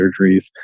surgeries